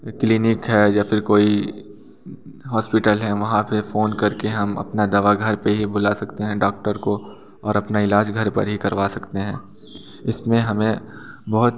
clinic है या फिर कोई हॉस्पिटल है वहाँ पर फ़ोन कर के हम अपनी दवा घर पर ही बुला सकते हैं डॉक्टर को और अपना इलाज घर पर ही करवा सकते हैं इसमें हमें बहुत